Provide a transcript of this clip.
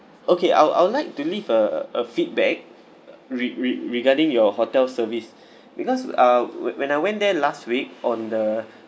okay I'll I would like to leave a a feedback re~ re~ regarding your hotel service because uh when whan I went there last week on the